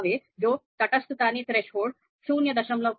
હવે જો તટસ્થતાની થ્રેશોલ્ડ 0